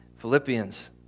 Philippians